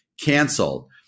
canceled